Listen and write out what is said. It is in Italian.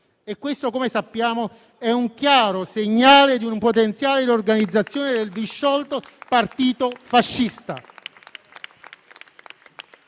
e questo - come sappiamo - è un chiaro segnale di una potenziale riorganizzazione del disciolto Partito Nazionale